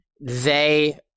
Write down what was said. they-